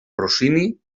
rossini